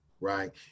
right